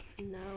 No